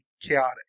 chaotic